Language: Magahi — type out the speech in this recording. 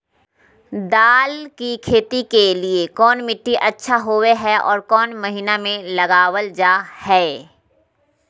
दाल की खेती के लिए कौन मिट्टी अच्छा होबो हाय और कौन महीना में लगाबल जा हाय?